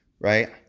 right